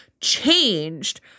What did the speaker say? changed